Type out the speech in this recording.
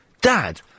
dad